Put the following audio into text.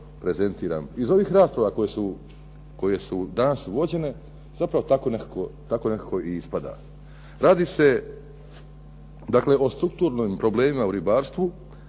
prezentiram. Iz ovih rasprava koje su danas vođene zapravo tako nekako i ispada. Radi se dakle, o strukturnim problemima u ribarstvu,